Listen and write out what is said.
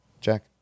Jack